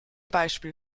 beispiel